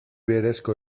berezko